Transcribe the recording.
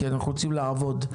כי אנחנו רוצים לעבוד,